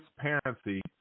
transparency